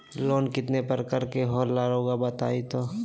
Loan कितने पारकर के होला रऊआ बताई तो?